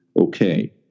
okay